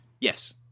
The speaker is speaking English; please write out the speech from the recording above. Yes